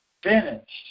finished